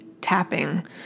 tapping